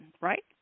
right